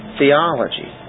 theology